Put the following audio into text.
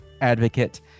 advocate